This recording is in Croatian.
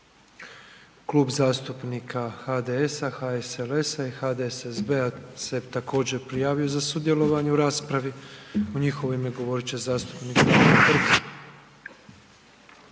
Klub zastupnika HDS-a, HSLS-a i HDSSB-a se također prijavio za sudjelovanje u raspravi u njihovo ime govorit će zastupnik Branko